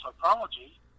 psychology